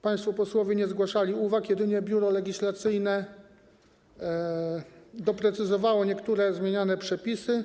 Państwo posłowie nie zgłaszali uwag, jedynie Biuro Legislacyjne doprecyzowało niektóre zmieniane przepisy.